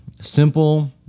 simple